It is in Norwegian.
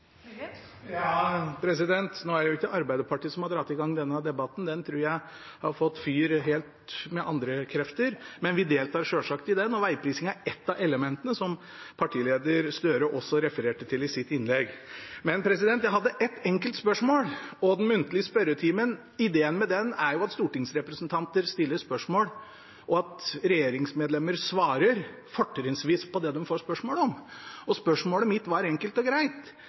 Nå er det jo ikke Arbeiderpartiet som har dratt i gang denne debatten; den tror jeg har fått fyr med helt andre krefter, men vi deltar selvsagt i den, og vegprising er ett av elementene, som partileder Gahr Støre også refererte til i sitt innlegg. Men jeg hadde ett enkelt spørsmål. Ideen med den muntlige spørretimen er jo at stortingsrepresentanter stiller spørsmål, og at regjeringsmedlemmer svarer – fortrinnsvis på det de får spørsmål om. Og spørsmålet mitt var enkelt og greit: